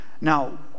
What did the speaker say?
Now